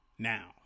now